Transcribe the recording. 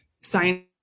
science